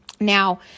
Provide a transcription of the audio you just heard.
Now